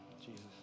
Jesus